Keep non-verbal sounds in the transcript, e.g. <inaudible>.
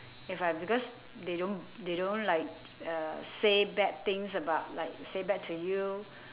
if I because they don't they don't like uh say bad things about like say bad to you <breath>